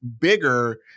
bigger